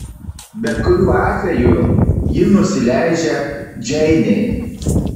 bet kuriuo atveju ji nusileidžia džeinei